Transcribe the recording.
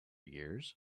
years